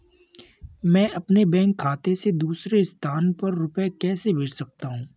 मैं अपने बैंक खाते से दूसरे स्थान पर रुपए कैसे भेज सकता हूँ?